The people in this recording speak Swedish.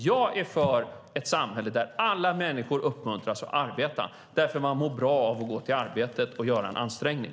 Jag är för ett samhälle där alla människor uppmuntras att arbeta, för man mår bra av att gå till arbetet och göra en ansträngning.